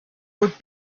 would